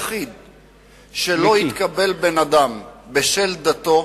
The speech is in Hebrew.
היחיד, שבו לא התקבל בן-אדם בשל דתו,